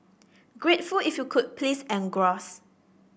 grateful if you could please engross